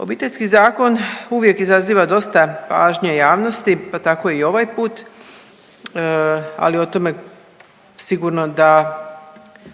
Obiteljski zakon uvijek izaziva dosta pažnje javnosti, pa tako i ovaj put, ali o tome sigurno da